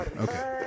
okay